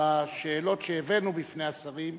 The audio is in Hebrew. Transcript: בשאלות שהבאנו בפני השרים.